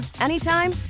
anytime